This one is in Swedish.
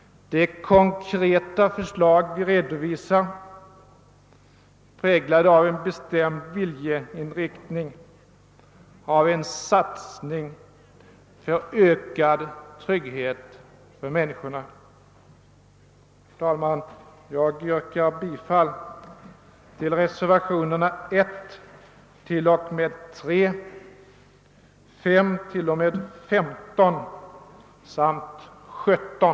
Det är konkreta förslag vi redovisar, präglade av en bestämd viljeinriktning, av en satsning för ökad trygghet för människorna. Herr talman! Jag yrkar bifall till reservationerna 1—3, 5—15 samt 17.